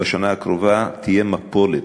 בשנה הקרובה תהיה מפולת.